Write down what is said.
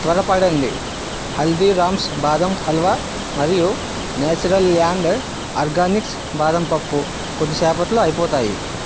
త్వరపడండి హల్దీరామ్స్ బాదం హల్వా మరియు నేచరల్ ల్యాండ్ ఆర్గానిక్స్ బాదం పప్పు కొద్దిసేపట్లో అయిపోతాయి